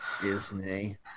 disney